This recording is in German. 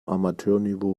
amateurniveau